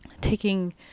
taking